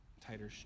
tighter